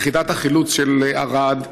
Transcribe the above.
יחידת החילוץ של ערד,